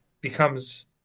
becomes